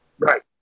right